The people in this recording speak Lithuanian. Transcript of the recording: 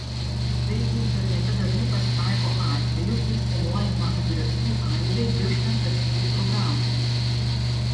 taigi internete dažnai pasitaiko atvejų kai skenuojama adresų aibė ieškant aktyvių programų